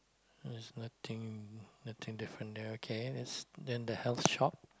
there's nothing nothing different there okay there's then the health shop